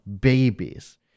babies